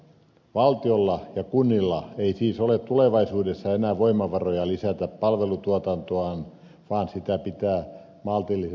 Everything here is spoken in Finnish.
valtiolla ja kunnilla ei siis ole tulevaisuudessa enää voimavaroja lisätä palvelutuotantoaan vaan sitä pitää maltillisesti purkaa